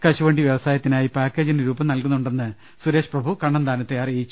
കശുവണ്ടി വ്യവസായത്തിനായി പാക്കേജിന് രൂപം നൽകുന്നുണ്ടെന്ന് സുരേഷ് പ്രഭു കണ്ണന്താനത്തെ അറി യിച്ചു